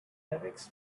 lyrics